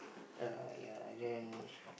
ya ya and then